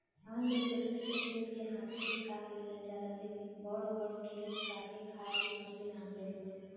भांग के छोट छोट खेत के हाथे से काट लिहल जाला, लेकिन बड़ बड़ खेत काटे खातिर मशीन आ गईल बा